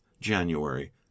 january